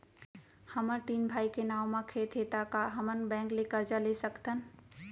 हमर तीन भाई के नाव म खेत हे त का हमन बैंक ले करजा ले सकथन?